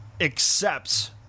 accepts